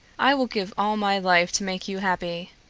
i will give all my life to make you happy.